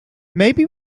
maybe